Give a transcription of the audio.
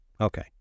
Okay